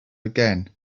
again